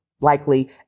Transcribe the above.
Likely